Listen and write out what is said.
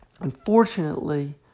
unfortunately